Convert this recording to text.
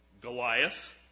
Goliath